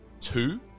two